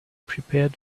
prepared